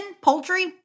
poultry